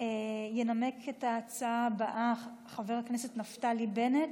ינמק את ההצעה הבאה חבר הכנסת נפתלי בנט.